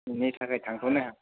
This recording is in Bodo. बिनि थाखाय थांथ'नो